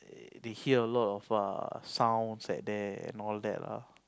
they hear a lot of err sounds at there and all that ah